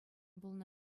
пулнӑ